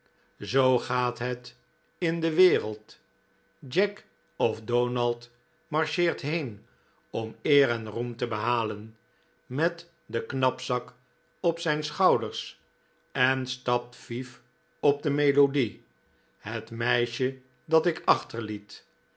zoo gaat het in de wereld jack of donald marcheert heen om eer en roem te behalen met den knapzak op zijn schouder en stapt vief op de melodie het meisje dat ik